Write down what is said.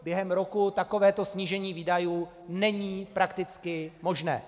Během roku takovéto snížení výdajů není prakticky možné.